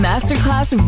Masterclass